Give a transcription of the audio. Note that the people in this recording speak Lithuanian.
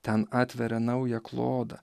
ten atveria naują klodą